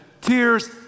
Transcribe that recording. tears